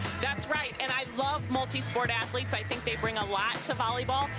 that's right. and i love multi sport athletes. i think they bring a lot to volleyball,